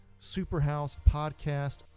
superhousepodcast